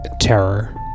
Terror